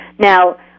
Now